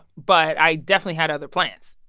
but i definitely had other plans.